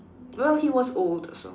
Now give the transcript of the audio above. well he was old so